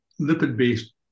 lipid-based